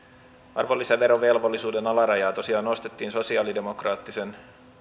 arvonlisäverovelvollisuuden alarajaa tosiaan nostettiin sosialidemokraattisen